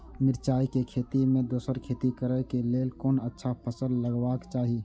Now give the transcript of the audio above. मिरचाई के खेती मे दोसर खेती करे क लेल कोन अच्छा फसल लगवाक चाहिँ?